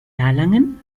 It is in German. erlangen